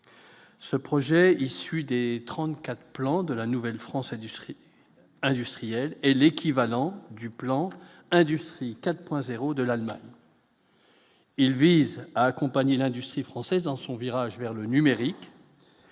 ce projet issu des 34 plans de la Nouvelle France Industrie industriel et l'équivalent du plan industrie 4,0 de l'Allemagne. Il vise à accompagner l'industrie française en son virage vers le numérique,